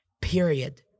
period